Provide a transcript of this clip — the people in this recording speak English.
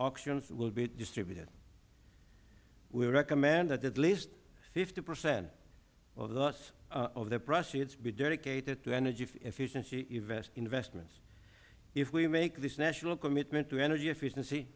auctions will be distributed we recommend that at least fifty percent of the proceeds be dedicated to energy efficiency investments if we make this national commitment to energy efficiency